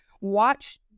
watch